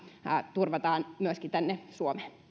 turvataan myöskin tänne suomeen